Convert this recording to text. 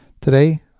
Today